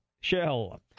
Shell